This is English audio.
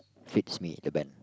fits me the band